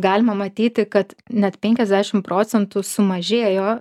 galima matyti kad net penkiasdešim procentų sumažėjo